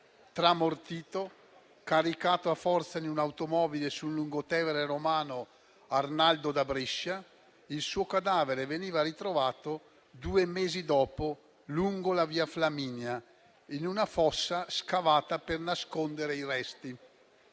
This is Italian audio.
tramortito, caricato a forza in un automobile sul lungotevere romano Arnaldo da Brescia, e il suo cadavere veniva ritrovato due mesi dopo lungo la via Flaminia, in una fossa scavata per nascondere i resti.